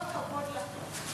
כל הכבוד לך.